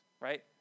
right